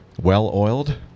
well-oiled